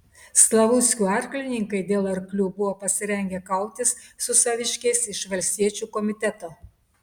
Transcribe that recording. slavuckių arklininkai dėl arklių buvo pasirengę kautis su saviškiais iš valstiečių komiteto